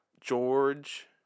George